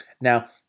Now